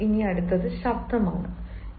ഇപ്പോൾ ശബ്ദമാണ്